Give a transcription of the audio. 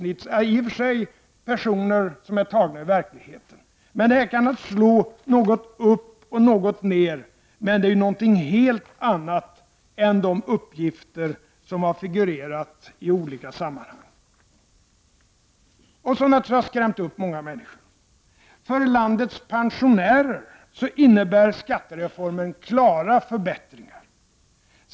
I och för sig är personerna i exemplen tagna ur verkligheten, men uppgifterna kan naturligtvis slå något upp och något ned. Men det är något helt annat än de uppgifter som har figurerat i olika sammanhang, och som jag tror har skrämt upp många människor. För landets pensionärer innebär skattereformen klara förbättringar.